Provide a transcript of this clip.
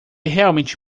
realmente